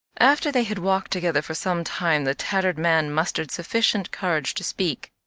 after they had walked together for some time the tattered man mustered sufficient courage to speak.